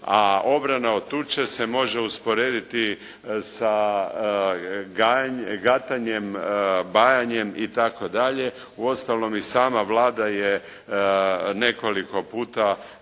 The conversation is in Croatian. a obrana od tuče se može usporediti sa gatanjem, bajanjem itd. Uostalom i sama Vlada je nekoliko puta